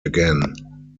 again